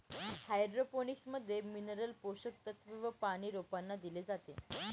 hydroponics मध्ये mineral पोषक तत्व व पानी रोपांना दिले जाते